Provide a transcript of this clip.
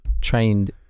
trained